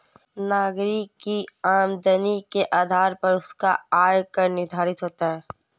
नागरिक की आमदनी के आधार पर उसका आय कर निर्धारित होता है